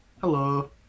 hello